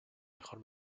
mejor